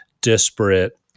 disparate